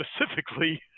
specifically